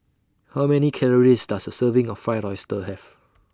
How Many Calories Does A Serving of Fried Oyster Have